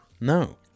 No